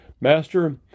Master